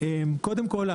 קודם כול,